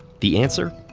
the answer?